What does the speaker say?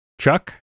chuck